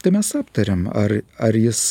tai mes aptariam ar ar jis